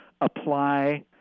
apply